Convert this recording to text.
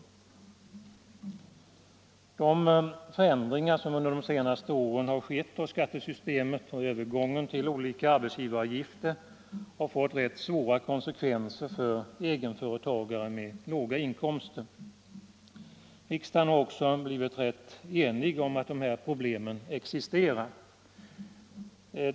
De förändringar av skattesystemet som skett under de senaste åren och övergången till olika arbetsgivaravgifter har fått rätt svåra konsekvenser för egenföretagare med låga inkomster. Riksdagen har också blivit rätt enig om att de här problemen existerar.